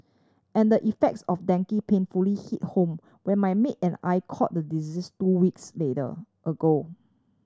and the effects of dengue painfully hit home when my maid and I caught the disease two weeks middle ago